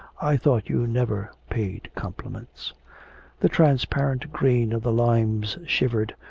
i thought you never paid compliments the transparent green of the limes shivered,